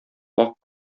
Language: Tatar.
вак